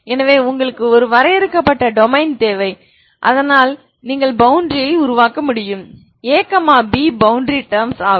எனவே உங்களுக்கு ஒரு வரையறுக்கப்பட்ட டொமைன் தேவை அதனால் நீங்கள் பவுண்டரியை உருவாக்க முடியும் a b பவுண்டரி டேர்ம்ஸ் ஆகும்